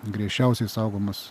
griežčiausiai saugomos